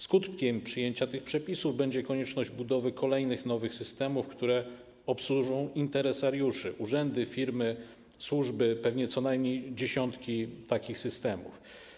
Skutkiem przyjęcia tych przepisów będzie konieczność budowy kolejnych, nowych systemów, które obsłużą interesariuszy, urzędy, firmy, służby, pewnie co najmniej dziesiątek takich systemów.